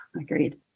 agreed